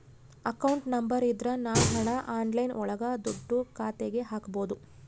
account number ಇದ್ರ ನಾವ್ ಹಣ ಆನ್ಲೈನ್ ಒಳಗ ದುಡ್ಡ ಖಾತೆಗೆ ಹಕ್ಬೋದು